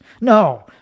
no